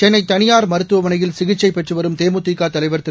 சென்னை தனியார் மருத்துவமனையில் சிகிச்சை பெற்று வரும் தேமுதிக தலைவர் திரு